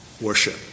worship